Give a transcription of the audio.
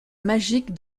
magic